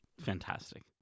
Fantastic